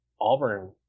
Auburn